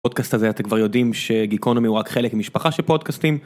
פודקאסט הזה אתם כבר יודעים שגיקונומי הוא רק חלק ממשפחה של פודקאסטים.